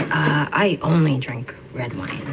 i only drink red wine